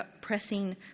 pressing